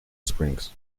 springs